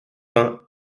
vingts